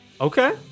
Okay